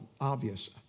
obvious